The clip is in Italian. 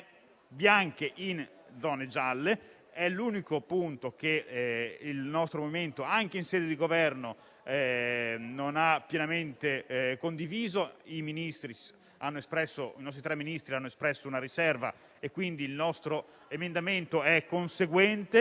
bianche in zone gialle è l'unico punto che il nostro movimento, anche in sede di Governo, non ha pienamente condiviso. I nostri tre Ministri hanno espresso una riserva, quindi il nostro emendamento è conseguente.